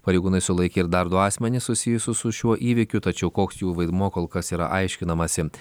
pareigūnai sulaikė ir dar du asmenis susijusius su šiuo įvykiu tačiau koks jų vaidmuo kol kas yra aiškinamasi